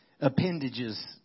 appendages